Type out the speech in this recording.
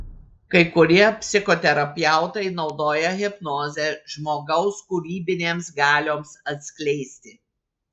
kai kurie psichoterapeutai naudoja hipnozę žmogaus kūrybinėms galioms atskleisti